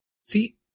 See